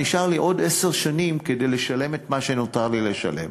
נשארו לי עוד עשר שנים כדי לשלם את מה שנותר לי לשלם